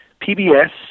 PBS